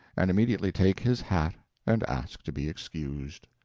and immediately take his hat and ask to be excused.